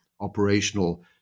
operational